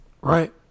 Right